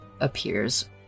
appears